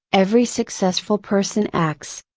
every successful person acts.